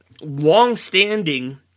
longstanding